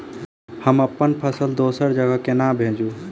हम अप्पन फसल दोसर जगह कोना भेजू?